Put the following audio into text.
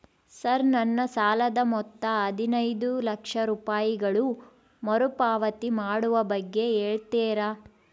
Sir ನನ್ನ ಸಾಲದ ಮೊತ್ತ ಹದಿನೈದು ಲಕ್ಷ ರೂಪಾಯಿಗಳು ಮರುಪಾವತಿ ಮಾಡುವ ಬಗ್ಗೆ ಹೇಳ್ತೇರಾ?